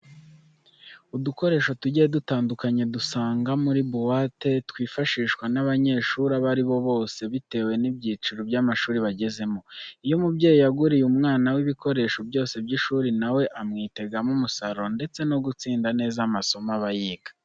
Udukoresho tugiye dutandukanye dusanga muri buwate twifashishwa n'abanyeshuri abo ari bo bose bitewe n'ibyiciro by'amashuri bagezemo. Iyo umubyeyi yaguriye umwana we ibikoresho byose by'ishuri na we amwitegamo umusaruro ndetse no gutsinda neza amasomo aba yiga.